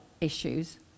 issues